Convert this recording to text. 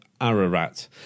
Ararat